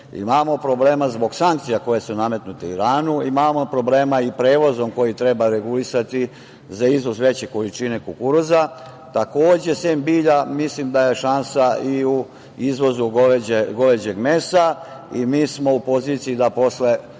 problema zbog sankcija koje su nametnute Iranu, imamo problema i sa prevozom koji treba regulisati za izvoz veće količine kukuruza. Takođe, sem bilja, mislim da je šansa i u izvozu goveđeg mesa. Mi smo u poziciji da posle